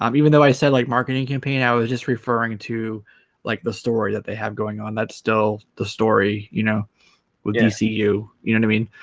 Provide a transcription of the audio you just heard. um even though i said like marketing campaign i was just referring to like the story that they have going on that's still the story you know we're gonna see you you know i mean?